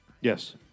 Yes